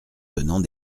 tenant